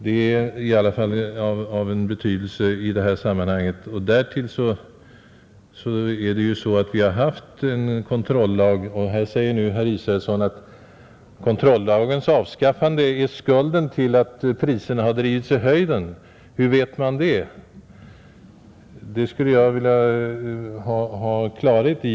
Det är i alla fall av betydelse i detta sammanhang. Därtill har vi haft en kontrollag. Nu säger herr Israelsson att kontrollagens avskaffande är skulden till att priserna har drivits i höjden. Hur vet man det? Det skulle jag vilja ha klarhet i.